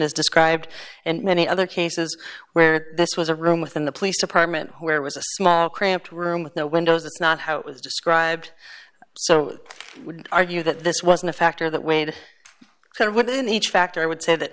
as described and many other cases where this was a room within the police department where was a small cramped room with no windows it's not how it was described so i would argue that this wasn't a factor that weighed kind of within each factor i would say that